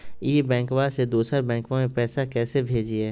ई बैंकबा से दोसर बैंकबा में पैसा कैसे भेजिए?